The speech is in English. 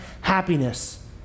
happiness